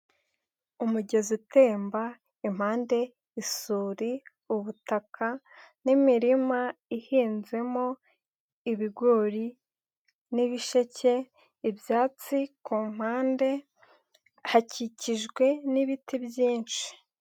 Umugezi utemba, impande isuri, ubutaka n'imirima ihinzemo ibigori n'ibisheke, ibyatsi ku mpande hakikijwe nibiti byinshi.